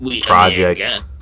project